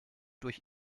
durch